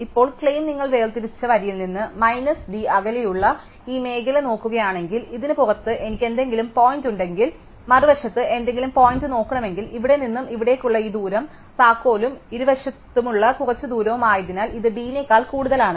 ഇപ്പോൾ ക്ലെയിം നിങ്ങൾ വേർതിരിച്ച വരിയിൽ നിന്ന് മൈനസ് d അകലെയുള്ള ഈ മേഖല നോക്കുകയാണെങ്കിൽ ഇതിന് പുറത്ത് എനിക്ക് എന്തെങ്കിലും പോയിന്റുണ്ടെങ്കിൽ മറുവശത്ത് എന്തെങ്കിലും പോയിന്റ് നോക്കണമെങ്കിൽ ഇവിടെ നിന്നും ഇവിടേക്കുള്ള ഈ ദൂരം താക്കോലും ഇരുവശത്തുമുള്ള കുറച്ച് ദൂരവും ആയതിനാൽ ഇത് d നേക്കാൾ കൂടുതലാണ്